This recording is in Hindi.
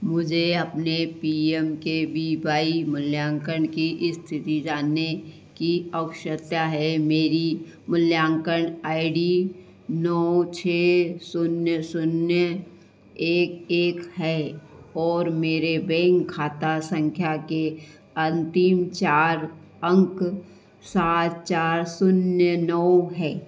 मुझे अपने P M K V Y मूल्यान्कन की इस्थिति जानने की आवश्यकता है मेरी मूल्यान्कन आई डी नौ छह शून्य शून्य एक एक है और मेरे बैंक खाता सँख्या के अन्तिम चार अंक सात चार शून्य नौ है